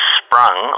sprung